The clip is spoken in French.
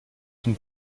une